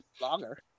longer